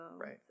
Right